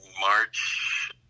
March